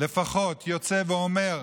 לפחות יוצא ואומר,